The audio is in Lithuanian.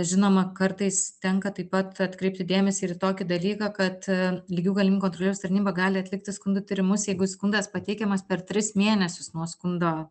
žinoma kartais tenka taip pat atkreipti dėmesį ir į tokį dalyką kad lygių galimybių kontrolieriaus tarnyba gali atlikti skundų tyrimus jeigu skundas pateikiamas per tris mėnesius nuo skundo